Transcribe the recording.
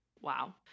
Wow